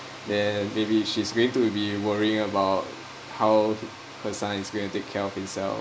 then maybe she's going to be worrying about how her son is going to take care of himself